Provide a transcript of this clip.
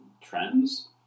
trends